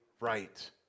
right